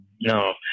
No